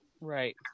Right